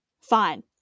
Fine